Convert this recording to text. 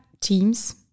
Teams